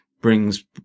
brings